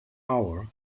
hour